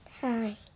Hi